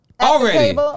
Already